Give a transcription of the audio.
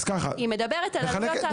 היא מדברת על עלויות --- אז ככה,